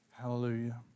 Hallelujah